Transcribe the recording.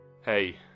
Hey